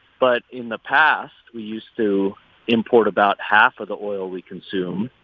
but in the past, we used to import about half of the oil we consume.